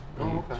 okay